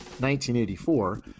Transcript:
1984